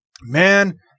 man